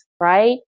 right